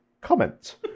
Comment